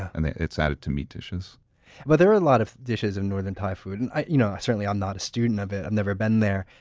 and it's added to meat dishes but there are a lot of dishes in northern thai food. and you know certainly i'm not a student of it. i've never been there,